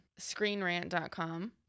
ScreenRant.com